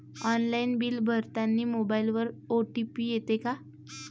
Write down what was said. Online bill भरतानी मोबाईलवर OTP येते का?